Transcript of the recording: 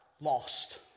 lost